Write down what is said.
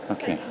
Okay